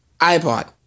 iPod